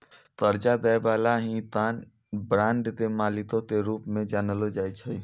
कर्जा दै बाला के ही बांड के मालिको के रूप मे जानलो जाय छै